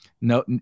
no